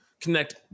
connect